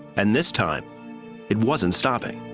and this time it wasn't stopping.